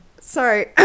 sorry